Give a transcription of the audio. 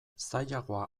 zailagoa